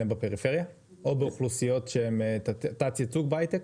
בפריפריה או באוכלוסיות שהן בתת ייצוג בהייטק?